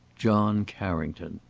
john carrington.